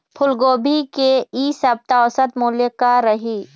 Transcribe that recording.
फूलगोभी के इ सप्ता औसत मूल्य का रही?